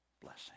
blessing